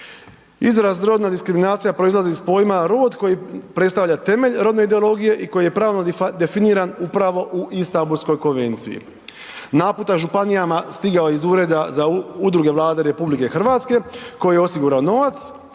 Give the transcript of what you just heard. Izraz rodna diskriminacija proizlazi iz pojma rod koji predstavlja temelj rodne ideologije i koji je pravno definiran upravo u Istambulskoj konvenciji. Naputak županijama stigao je iz Ureda za udruge Vlade RH koji je osigurao novac,